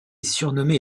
surnommé